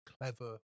clever